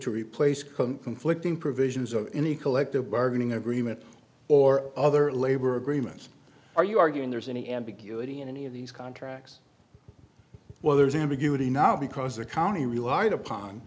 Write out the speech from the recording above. to replace come conflicting provisions of any collective bargaining agreement or other labor agreements are you arguing there is any ambiguity in any of these contracts while there is ambiguity now because the county relied upon